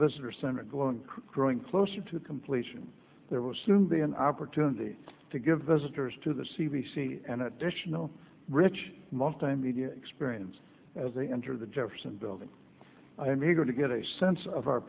visitor center glowing growing closer to completion there will soon be an opportunity to give visitors to the c b c an additional rich multimedia experience as they enter the jefferson building i am eager to get a sense of our